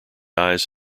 eyes